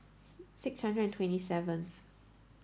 six hundred and twenty seventh